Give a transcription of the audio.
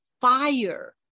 fire